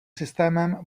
systémem